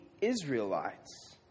Israelites